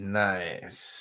nice